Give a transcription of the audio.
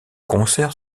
concert